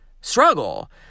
struggle